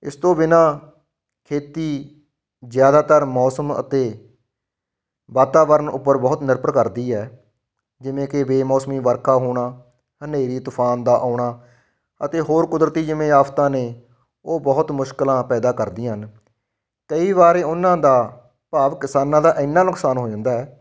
ਇਸ ਤੋਂ ਬਿਨਾਂ ਖੇਤੀ ਜ਼ਿਆਦਾਤਰ ਮੌਸਮ ਅਤੇ ਵਾਤਾਵਰਨ ਉੱਪਰ ਬਹੁਤ ਨਿਰਭਰ ਕਰਦੀ ਹੈ ਜਿਵੇਂ ਕਿ ਬੇਮੌਸਮੀ ਵਰਖਾ ਹੋਣਾ ਹਨੇਰੀ ਤੂਫਾਨ ਦਾ ਆਉਣਾ ਅਤੇ ਹੋਰ ਕੁਦਰਤੀ ਜਿਵੇਂ ਆਫਤਾਂ ਨੇ ਉਹ ਬਹੁਤ ਮੁਸ਼ਕਿਲਾਂ ਪੈਦਾ ਕਰਦੀਆਂ ਹਨ ਕਈ ਵਾਰ ਉਹਨਾਂ ਦਾ ਭਾਵ ਕਿਸਾਨਾਂ ਦਾ ਇੰਨਾਂ ਨੁਕਸਾਨ ਹੋ ਜਾਂਦਾ ਹੈ